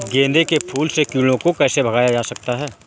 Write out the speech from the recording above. गेंदे के फूल से कीड़ों को कैसे भगाया जा सकता है?